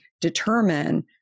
determine